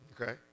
Okay